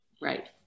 right